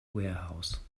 warehouse